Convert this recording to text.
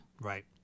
Right